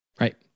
Right